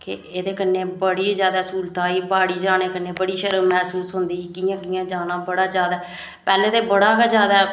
के एह्दे कन्नै बड़ी ज्यदाा स्हूंलतां ऐ बाड़ी जाने कन्नै बड़ी शर्म महसूस होंदी कियां कियां जाना बड़ा ज्यादा पैहले ता बड़ा गै ज्यादा